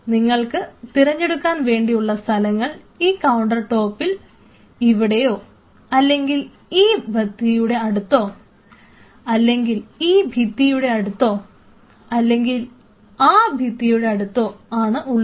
നിങ്ങൾക്ക് തിരഞ്ഞെടുക്കാൻ വേണ്ടി ഉള്ള സ്ഥലങ്ങൾ ഈ കൌണ്ടർ ടോപ്പിൽ ഇവിടെയോ അല്ലേൽ ഈ ബത്തിയുടെ അടുത്തോ അല്ലെങ്കിൽ ഈ ബത്തിയുടെ അല്ലെങ്കിൽ ആ ബത്തിയുടെ അടുത്തോ ആണുള്ളത്